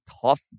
tough